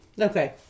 Okay